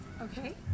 Okay